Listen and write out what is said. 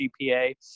GPA